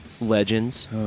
legends